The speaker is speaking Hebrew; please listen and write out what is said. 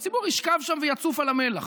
הציבור ישכב שם ויצוף על המלח.